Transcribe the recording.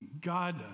God